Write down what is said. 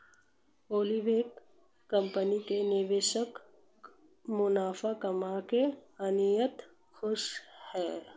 Oliver company के निवेशक मुनाफा कमाकर अत्यंत खुश हैं